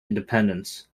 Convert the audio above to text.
independence